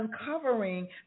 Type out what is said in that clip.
uncovering